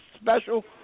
special